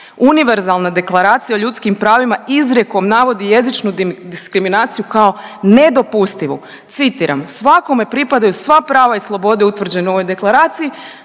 univerzalna Deklaracija o ljudskim pravima izrijekom navodi jezičnu diskriminaciju kao nedopustivu. Citiram, svakome pripadaju sva prava i slobode utvrđene u ovoj Deklaraciji,